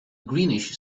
greenish